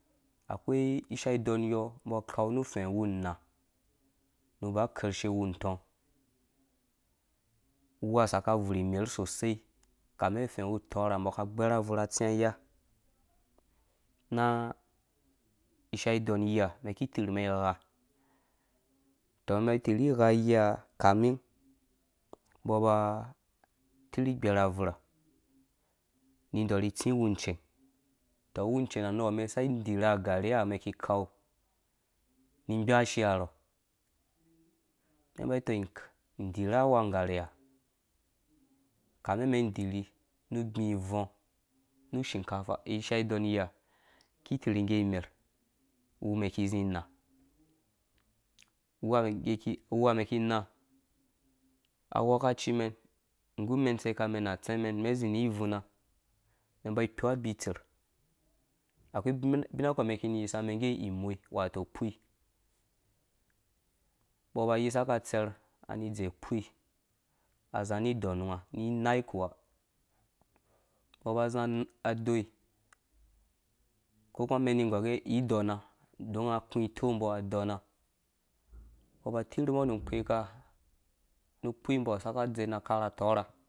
Akoio ishai idɔn iyɔɔ akau nu ufɛ̃ uwuunaá nu uba ukarshe uwu untɔɔ̃, uwuha, asaka avur imerh sosai, ukami ufɛ̃ uwu utɔɔrha aki igbɛr abvurh haftĩwã ni iya ha umɛn iki itirhumen ighigha, utɔ umɛn itirhi igha iyiha, kami umbɔ aba atirhi igbɛ abvurh ha ni ĩdorhi itsĩ uwu ucen utɔ uwu ucen nuwɔ umɛn iki kau ni amgbashia rɔ umɛn ãmba itong iirhi aghɔ unggarhe he ukami umɛn inirhi nu ubiĩ uvɔ̃ nu ushinka fa, sha idɔn iyia, iki itirhu nggeimɛr umɛn iki izi ina uwua umɛn iki inã awɔka cimɛn nggu umɛn itsikam man nu atsɛ̃mɛn umɛn ini izi ivuna ni imba ikpo abiitser, akoi ubin nukpɔ umɛn iki ini iyisa age imoi, wato ukpui umbɔ aba ayisa akatserh, ani ize ukpui aziã ani iɔnunga ni inai ukuwa umbɔ aba azia aoi, uko kuma umɛn ini igɔr ngge, ididɔna ong akũ itok mbɔ adɔna umbɔ aba tirhu mbɔ nu ukpecka nu ukpui mbɔ ha asaka adze nu akara utɔɔrha